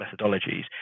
methodologies